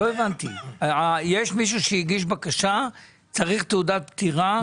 יש מישהו שהגיש בקשה, צריך תעודת פטירה.